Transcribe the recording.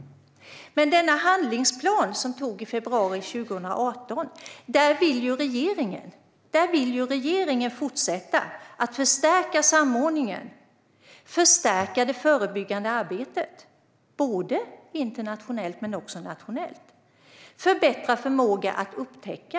Men i den handlingsplan som antogs i februari 2018 vill regeringen fortsätta förstärka samordningen, förstärka det förebyggande arbetet internationellt men också nationellt och förbättra förmågan att upptäcka.